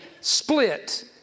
split